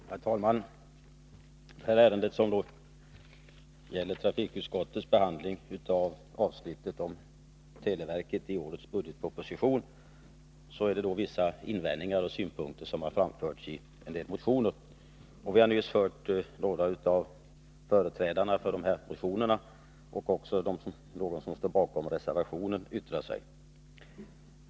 Herr talman! I det ärende som gäller trafikutskottets behandling av avsnittet om televerket i årets budgetproposition har vissa invändningar och synpunkter framförts i några motioner. Vi har nyss hört två av företrädarna för dessa motioner yttra sig, och de står också bakom reservationen.